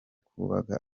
kubaga